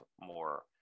more